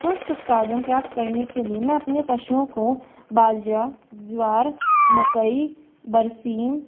स्वस्थ उत्पादन प्राप्त करने के लिए मैं अपने पशुओं को बाजरा ज्वार मकई बरसीम